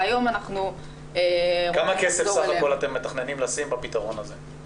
והיום אנחנו --- כמה כסף בסך הכל אתם מתכוננים לשים בפתרון הזה?